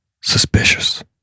suspicious